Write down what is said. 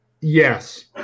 Yes